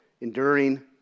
enduring